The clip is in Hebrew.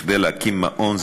כדי להקים מעון,